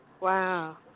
Wow